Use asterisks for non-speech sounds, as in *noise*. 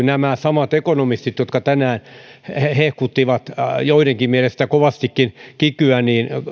*unintelligible* nämä samat ekonomistit jotka tänään hehkuttivat joidenkin mielestä kovastikin kikyä